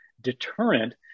deterrent